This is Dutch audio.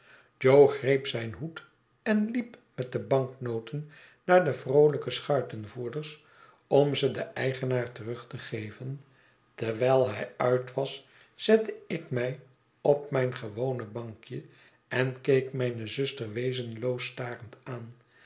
greep z'yn hoed en liep met de banknoten naar de vroolijke schuitenvoerders om ze den eigenaar terug te geven terwijl hij uit was zette ik mij op mijn gewone bankje en keek mijne zuster wezenloos starend aan